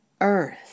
earth